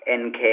nk